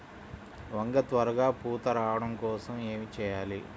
వంగ త్వరగా పూత రావడం కోసం ఏమి చెయ్యాలి?